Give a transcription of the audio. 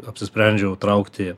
apsisprendžiau traukti